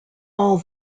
all